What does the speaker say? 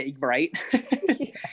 Right